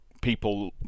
people